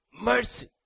Mercy